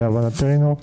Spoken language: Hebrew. להבנתנו,